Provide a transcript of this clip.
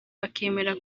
bakemera